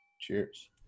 Cheers